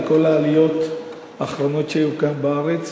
בכל העליות האחרונות שהיו כאן בארץ,